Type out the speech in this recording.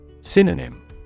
Synonym